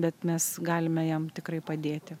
bet mes galime jam tikrai padėti